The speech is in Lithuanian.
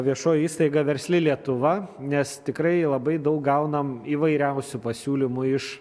viešoji įstaiga versli lietuva nes tikrai labai daug gaunam įvairiausių pasiūlymų iš